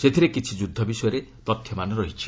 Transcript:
ସେଥିରେ କିଛି ଯୁଦ୍ଧ ବିଷୟରେ ତଥ୍ୟ ରହିଛି